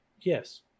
Yes